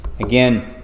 Again